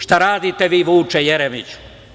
Šta radite vi, Vuče Jeremiću?